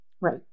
Right